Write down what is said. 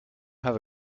have